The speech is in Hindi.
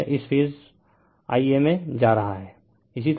तो यह इस फेज Ia में जा रहा है